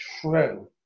true